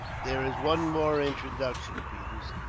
there is one more introduction, peters.